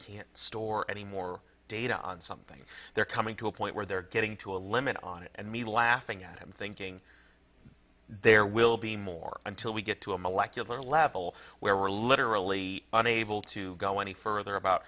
can't store anymore data on something they're coming to a point where they're getting to a limit on it and me laughing at them thinking there will be more until we get to a molecular level where we're literally unable to go any further about